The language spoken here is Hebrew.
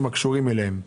הקשורים אליהם.